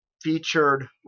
featured